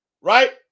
right